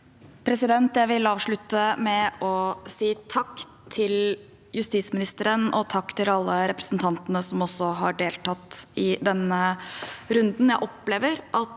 Jeg vil avslutte med å si takk til justisministeren og takk til alle representantene som har deltatt i denne runden.